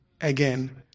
again